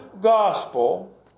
gospel